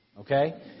okay